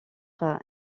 cher